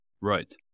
Right